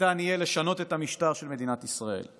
ניתן יהיה לשנות את המשטר של מדינת ישראל.